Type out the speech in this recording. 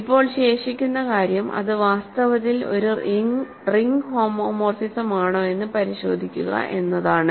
ഇപ്പോൾ ശേഷിക്കുന്ന കാര്യം അത് വാസ്തവത്തിൽ ഒരു റിംഗ് ഹോമോമോർഫിസമാണോയെന്ന് പരിശോധിക്കുക എന്നതാണ്